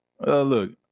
Look